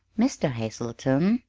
mr. hazelton,